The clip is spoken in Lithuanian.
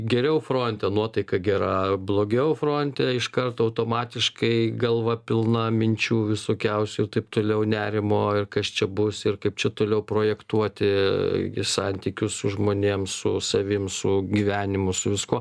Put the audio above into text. geriau fronte nuotaika gera blogiau fronte iš karto automatiškai galva pilna minčių visokiausių ir taip toliau nerimo ir kas čia bus ir kaip čia toliau projektuoti santykius su žmonėm su savim su gyvenimu su viskuo